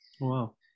Wow